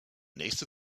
nächste